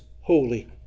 holy